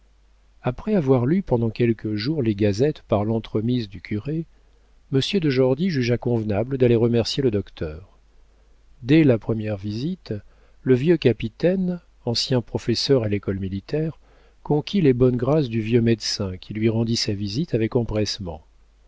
après avoir lu pendant quelques jours les gazettes par l'entremise du curé monsieur de jordy jugea convenable d'aller remercier le docteur dès la première visite le vieux capitaine ancien professeur à lécole militaire conquit les bonnes grâces du vieux médecin qui lui rendit sa visite avec empressement